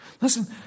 Listen